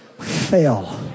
fail